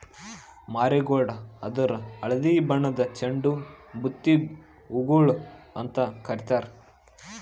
marigold ಅಂದುರ್ ಹಳದಿ ಬಣ್ಣದ್ ಚಂಡು ಬುತ್ತಿ ಹೂಗೊಳ್ ಅಂತ್ ಕಾರಿತಾರ್